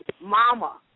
Mama